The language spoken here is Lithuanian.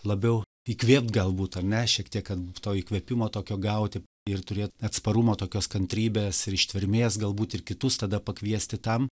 labiau įkvėpt galbūt ar ne šiek tiek kad to įkvėpimo tokio gauti ir turėt atsparumo tokios kantrybės ir ištvermės galbūt ir kitus tada pakviesti tam